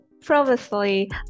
Previously